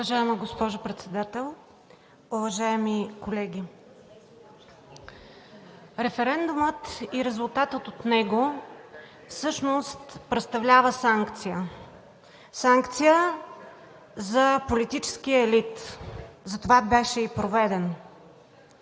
Уважаема госпожо Председател, уважаеми колеги! Референдумът и резултатът от него всъщност представляват санкция – санкция за политическия елит, затова беше и проведен.